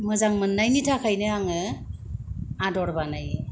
मोजां मोननायनि थाखायनो आङो आदर बानायो